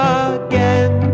again